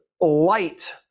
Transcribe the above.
light